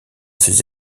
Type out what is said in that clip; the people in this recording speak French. ces